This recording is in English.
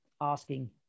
asking